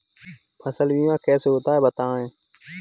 फसल बीमा कैसे होता है बताएँ?